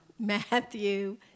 Matthew